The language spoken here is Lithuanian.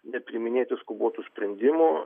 nepriiminėti skubotų sprendimų